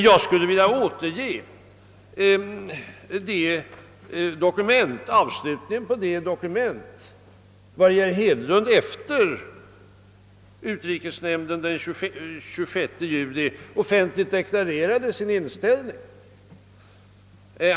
Jag skulle vilja återge ett stycke ur det dokument vari herr Hedlund efter utrikesnämndens sammanträde den 26 juli 1967 offentligt deklarerade sin inställning.